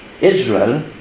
Israel